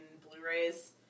Blu-rays